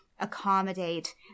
accommodate